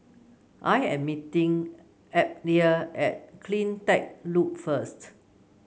I am meeting Abdiel at CleanTech Loop first